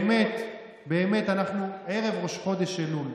באמת אנחנו ערב ראש חודש אלול,